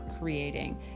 creating